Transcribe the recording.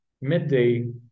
midday